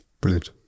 brilliant